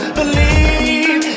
believe